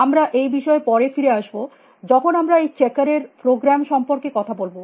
আমরা এই বিষয়ে পরে ফিরে আসব যখন আমরা এই চেকার এর প্রোগ্রাম সম্পর্কে কথা বলব